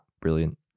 brilliant